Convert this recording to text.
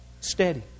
steady